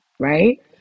right